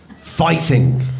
Fighting